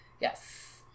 Yes